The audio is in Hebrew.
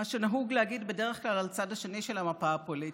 מה שנהוג להגיד בדרך כלל על הצד השני של המפה הפוליטית,